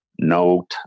Note